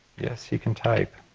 yes you can type.